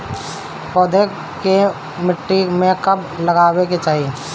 पौधे को मिट्टी में कब लगावे के चाही?